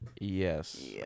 Yes